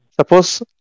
Suppose